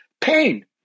pain